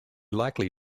likely